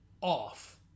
off